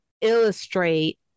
illustrate